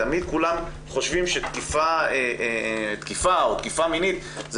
תמיד כולם חושבים שתקיפה או תקיפה מינית זה